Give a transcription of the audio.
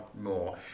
more